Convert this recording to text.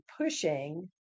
pushing